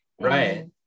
right